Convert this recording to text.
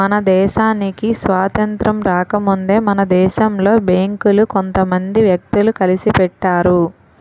మన దేశానికి స్వాతంత్రం రాకముందే మన దేశంలో బేంకులు కొంత మంది వ్యక్తులు కలిసి పెట్టారు